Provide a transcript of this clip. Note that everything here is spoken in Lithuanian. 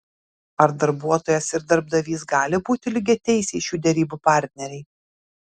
ar darbuotojas ir darbdavys gali būti lygiateisiai šių derybų partneriai